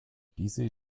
diese